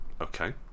Okay